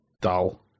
dull